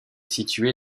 située